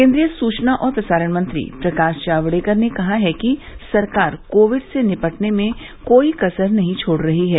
केन्द्रीय सुचना और प्रसारण मंत्री प्रकाश जावडेकर ने कहा है कि सरकार कोविड से निपटने में कोई कसर नहीं छोड़ रही है